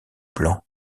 blanc